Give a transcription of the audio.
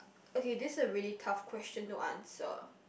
okay this is a really tough question to answer